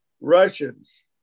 Russians